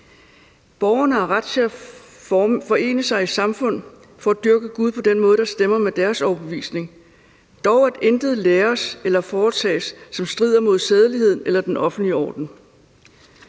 »Borgerne har ret til at forene sig i samfund for at dyrke Gud på den måde, der stemmer med deres overbevisning, dog at intet læres eller foretages, som strider mod sædeligheden eller den offentlige orden.«